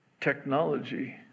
technology